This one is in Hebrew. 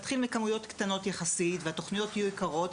נתחיל מכמויות קטנות יחסית והתכוניות יהיו יקרות,